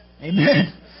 Amen